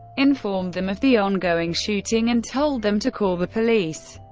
informed them of the ongoing shooting, and told them to call the police.